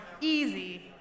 Easy